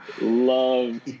love